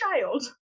child